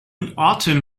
autumn